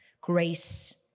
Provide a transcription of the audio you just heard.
Grace